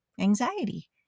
anxiety